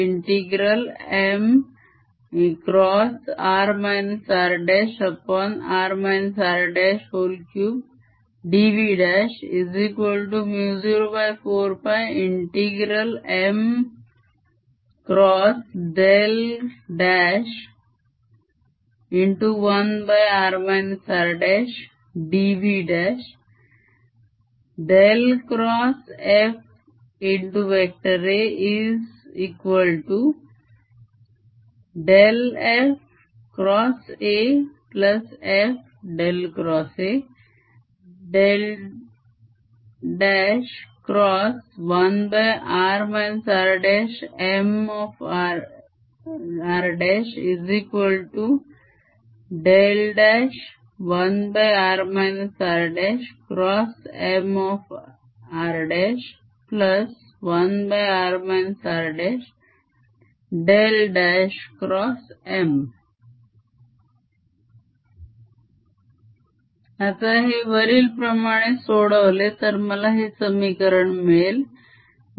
Ar04πMr×r rr r3dV04πMr×1r rdV fAf×Af A 1r rMr1r rMr1r r×Mr आता हे वरीलप्रमाणे सोडवले तर मला हे समीकरण मिळेल